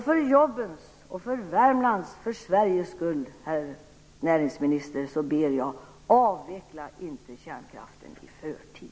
För jobbens, för Värmlands och för Sveriges skull ber jag, herr näringsminister: Avveckla inte kärnkraften i förtid!